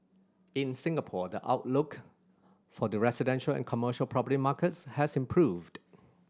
in Singapore the outlook for the residential and commercial property markets has improved